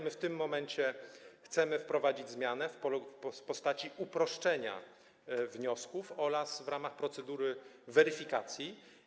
My w tym momencie chcemy wprowadzić zmianę w postaci uproszczenia wniosków oraz procedury weryfikacji.